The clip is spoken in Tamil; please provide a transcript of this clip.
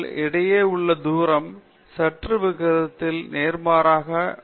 அவர்கள் இடையே உள்ள தூரம் சதுர விகிதத்தில் நேர்மாறாக உள்ளது மற்றும் நிலையான ஜி சரி